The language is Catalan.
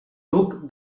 duc